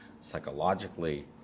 psychologically